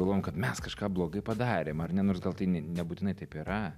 galvojam kad mes kažką blogai padarėm ar ne nors gal tai ne nebūtinai taip yra